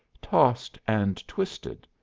tossed and twisted.